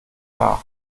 nach